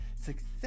success